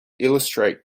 illustrate